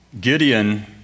Gideon